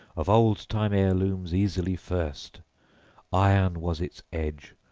of old-time heirlooms easily first iron was its edge,